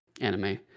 anime